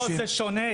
זה שונה,